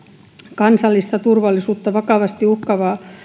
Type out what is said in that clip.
kansallista turvallisuutta vakavasti